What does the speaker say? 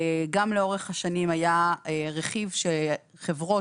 גם לאורך השנים היה רכיב שחברות,